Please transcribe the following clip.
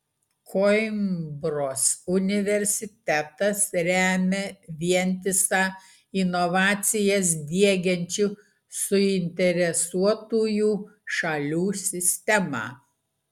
koimbros universitetas remia vientisą inovacijas diegiančių suinteresuotųjų šalių sistemą